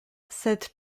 cette